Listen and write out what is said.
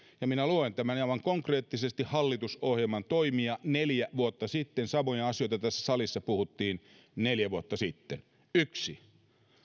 minä luen aivan konkreettisesti hallitusohjelman toimia neljä vuotta sitten samoja asioita tässä salissa puhuttiin neljä vuotta sitten yksi